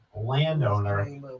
landowner